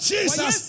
Jesus